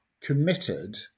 committed